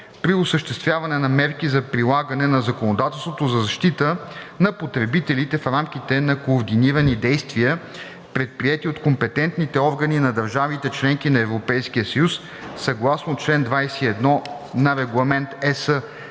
при осъществяване на мерки за прилагане на законодателството за защита на потребителите в рамките на координирани действия, предприети от компетентните органи на държавите – членки на Европейския съюз, съгласно чл. 21 на Регламент (ЕС)